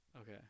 okay